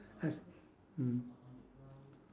yes mm